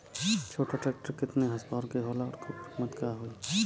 छोटा ट्रेक्टर केतने हॉर्सपावर के होला और ओकर कीमत का होई?